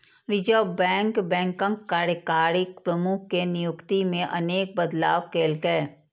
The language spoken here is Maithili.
रिजर्व बैंक बैंकक कार्यकारी प्रमुख के नियुक्ति मे अनेक बदलाव केलकै